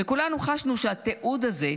וכולנו חשנו שהתיעוד הזה,